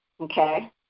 Okay